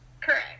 correct